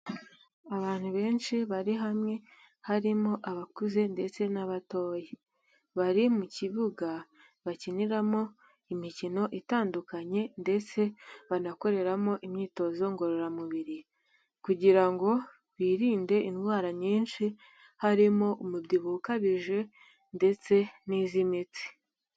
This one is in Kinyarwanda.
Abantu benshi bari hamwe harimo abakuze ndetse n'abatoya. Bari mu kibuga bakiniramo imikino itandukanye ndetse banakoreramo imyitozo ngororamubiri kugira ngo birinde indwara nyinshi harimo umubyibuho ukabije ndetse n'iz'imitsi.